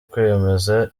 kwemeza